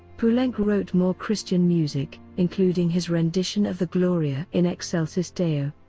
poulenc wrote more christian music, including his rendition of the gloria in excelsis deo.